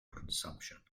consumption